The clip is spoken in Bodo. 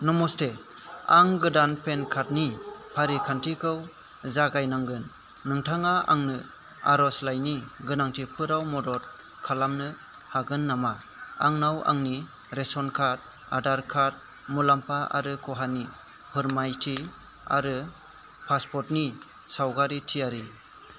नमस्थे आं गोदान पेन कार्डनि फारिखान्थिखौ जागायनांगोन नोंथाङा आंनो आरजलाइनि गोनांथिफोराव मदद खालामनो हागोन नामा आंनाव आंनि रेसन कार्ड आधार कार्ड मुलाम्फा आरो खहानि फोरमायथि आरो पासपर्टनि सावगारि थियारि